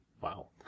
Wow